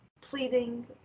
pleading